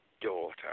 Daughter